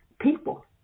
people